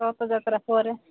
ରଥ ଯାତ୍ରା ପରେ